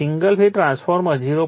single phase transformer 0